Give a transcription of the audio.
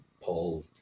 Paul